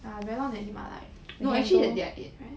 ah very long never eat 麻辣 already no actually that day I ate right